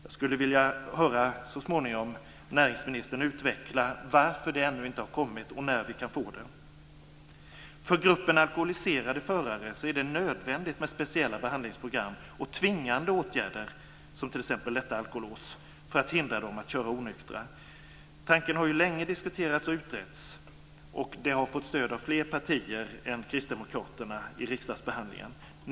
Jag skulle så småningom vilja höra näringsministern utveckla varför det ännu inte har kommit och när vi kan få det. För gruppen alkoholiserade förare är det nödvändigt med speciella behandlingsprogram och tvingande åtgärder, som t.ex. detta alkolås, för att hindra dem att köra onyktra. Tanken har länge diskuterats och utretts, och den har fått stöd av fler partier än Kristdemokraterna i riksdagsbehandlingen.